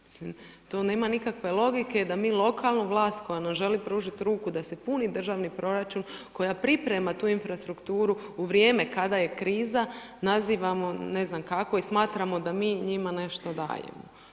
Mislim, tu nema nikakve logike, da mi lokalnu vlast koja nam želi pružiti ruku, da se puni državni proračun, koja priprema tu infrastrukturu u vrijeme kada je kriza, nazivamo ne znam kako i smatramo da mi njima nešto dajemo.